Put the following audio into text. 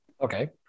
Okay